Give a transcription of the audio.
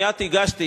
מייד הגשתי,